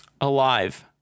alive